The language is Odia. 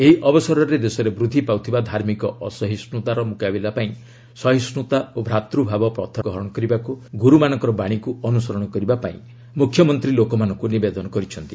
ଏହି ଅବସରରେ ଦେଶରେ ବୃଦ୍ଧି ପାଉଥିବା ଧାର୍ମିକ ଅସହିଷ୍ଠତାର ମୁକାବିଲା ପାଇଁ ସହିଷ୍ଠୁତା ଓ ଭ୍ରାତୃଭାବର ପଥ ଗ୍ରହଣ କରିବାକୁ ଗୁରୁମାନଙ୍କର ବାଣୀକୁ ଅନୁସରଣ କରିବା ପାଇଁ ମୁଖ୍ୟମନ୍ତ୍ରୀ ଲୋକମାନଙ୍କୁ ନିବେଦନ କରିଛନ୍ତି